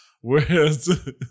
Whereas